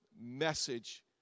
message